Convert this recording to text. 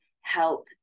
help